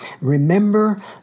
Remember